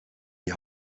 die